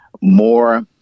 more